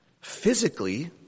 Physically